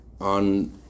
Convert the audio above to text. on